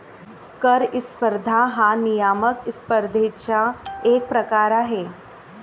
कर स्पर्धा हा नियामक स्पर्धेचा एक प्रकार आहे